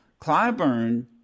Clyburn